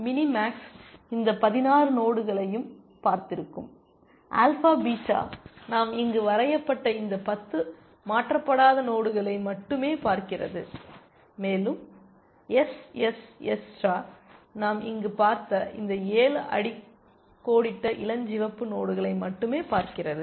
mini max இந்த 16 நோடுகளையும் பார்த்திருக்கும் ஆல்பா பீட்டா நாம் இங்கு வரையப்பட்ட இந்த 10 மாற்றப்படாத நோடுகளை மட்டுமே பார்க்கிறது மேலும் எஸ்எஸ்எஸ் ஸ்டார் நாம் இங்கு பார்த்த இந்த 7 அடிக்கோடிட்ட இளஞ்சிவப்பு நோடுகளை மட்டுமே பார்க்கிறது